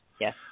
Yes